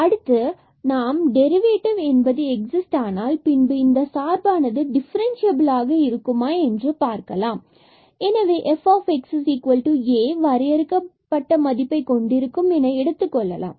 அடுத்து நாம் டெரிவேட்டிவ் என்பது எக்ஸிஸ்ட் ஆனால் பின்பு இந்த சார்பானது டிஃபரண்ட்சியபில்லாக இருக்குமா என்று பார்க்கலாம் எனவே fA வரையறுக்கப்பட்ட மதிப்பைக் கொண்டிருக்கும் என எடுத்துக்கொள்ளலாம்